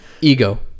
Ego